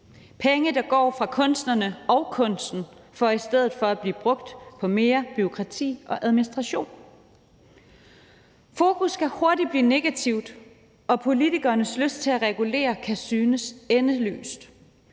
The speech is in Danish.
penge, der går fra kunstnerne og kunsten for i stedet for at blive brugt på mere bureaukrati og administration. Fokus kan hurtigt blive negativt, og politikernes lyst til at regulere kan synes endeløs.